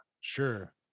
Sure